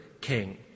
king